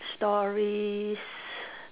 stories